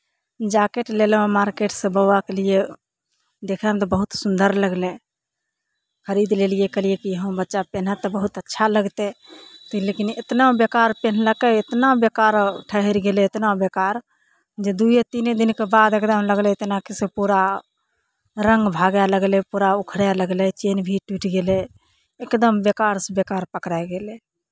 jacket लेलहुँ मार्केटसँ बौआके लिए देखयमे तऽ बहुत सुन्दर लगलै खरीद लेलियै कहलियै कि हँ बच्चा पेन्हत तऽ बहुत अच्छा लगतै तऽ लेकिन एतना बेकार पेन्हलकै एतना बेकार ठहरि गेलै एतना बेकार जे दुइए तीने दिनके बाद एकदम लगलै तेनाकि से पूरा रङ्ग भागय लगलै पूरा उखड़य लगलै चेन भी टूटि गेलै एकदम बेकारसँ बेकार पकराय गेलै